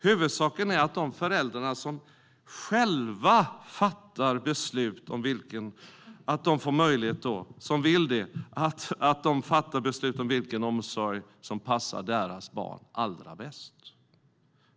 Huvudsaken är att det är föräldrarna som själva fattar beslut om vilken omsorg som passar deras barn allra bäst.